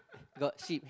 got seat